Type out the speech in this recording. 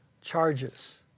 charges